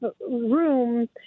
room